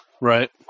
Right